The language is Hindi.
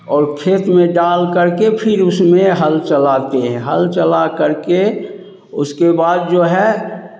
और खेत में डाल करके फिर उसमें हल चलाते हैं हल चला कर के उसके बाद जो है